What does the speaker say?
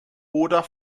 oder